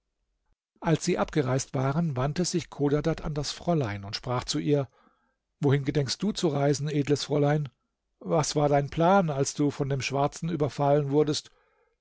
als sie abgereist waren wandte sich chodadad an das fräulein und sprach zu ihr wohin gedenkst du zu reisen edles fräulein was war dein plan als du von dem schwarzen überfallen wurdest